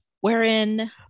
Wherein